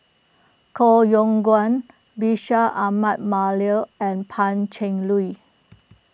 Koh Yong Guan Bashir Ahmad Mallal and Pan Cheng Lui